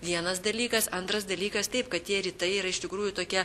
vienas dalykas antras dalykas taip kad tie rytai yra iš tikrųjų tokie